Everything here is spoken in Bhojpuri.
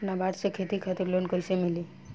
नाबार्ड से खेती खातिर लोन कइसे मिली?